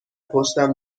پشتم